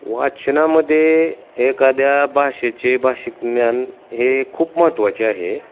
वाचनामध्ये एखाद्या भाषेचे भाषिकज्ञान हे खूप महत्त्वाचे आहे